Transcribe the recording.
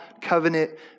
covenant